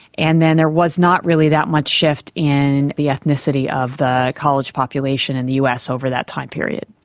and then there was not really that much shift in the ethnicity of the college population in the us over that time period.